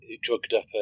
drugged-up